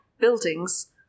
buildings